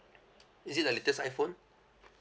is it the latest iphone